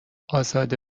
ازاده